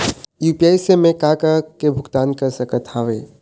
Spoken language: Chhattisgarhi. यू.पी.आई से मैं का का के भुगतान कर सकत हावे?